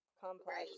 complex